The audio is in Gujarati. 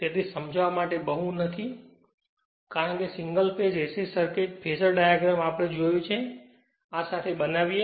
તેથી સમજાવવા માટે બહુ નથી કારણ કે single phase AC circuit phasor diagram આપણે જોયું છે આ સાથે આ બનાવીએ